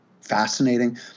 fascinating